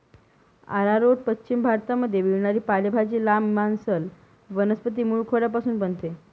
arrowroot पश्चिम भारतामध्ये मिळणारी पालेभाजी, लांब, मांसल वनस्पती मूळखोडापासून बनते